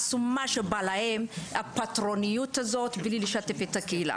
עשו מה שבא להם בפטרונות ובלי לשתף את הקהילה.